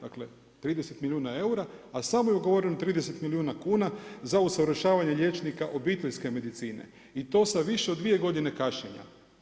Dakle, 30 milijuna eura, a samo je ugovoreno 30 milijuna kuna za usavršavanje liječnika obiteljske medicine i to sa više od 2 godine kašnjenja.